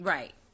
Right